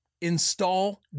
install